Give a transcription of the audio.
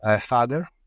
father